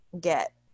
get